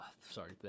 Sorry